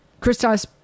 Christos